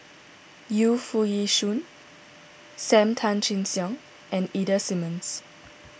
Yu Foo Yee Shoon Sam Tan Chin Siong and Ida Simmons